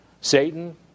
Satan